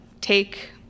take